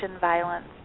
violence